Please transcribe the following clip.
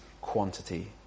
quantity